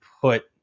put